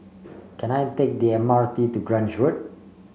can I take the M R T to Grange Road